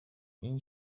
این